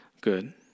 good